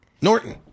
Norton